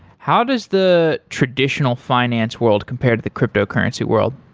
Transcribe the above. how does the traditional finance world compare to the cryptocurrency world?